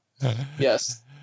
yes